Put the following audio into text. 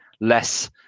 less